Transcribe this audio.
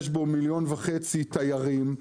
יש בו מיליון וחצי תיירים,